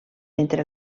entre